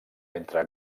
entre